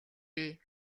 бий